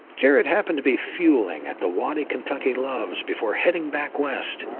jared happened to be fueling at the waddy, kentucky loves before heading back west.